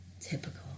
typical